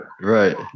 Right